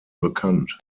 bekannt